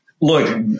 Look